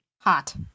Hot